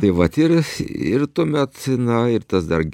tai vat ir ir tuomet na ir tas dar